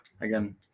again